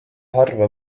harva